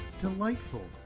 delightful